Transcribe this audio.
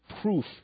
proof